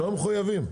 לא מחויבים.